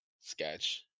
sketch